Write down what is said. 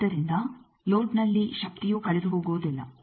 ಆದ್ದರಿಂದ ಲೋಡ್ನಲ್ಲಿ ಶಕ್ತಿಯು ಕಳೆದುಹೋಗುವುದಿಲ್ಲ